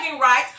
rights